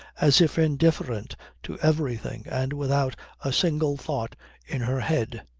as if indifferent to everything and without a single thought in her head.